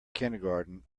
kindergarten